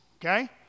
okay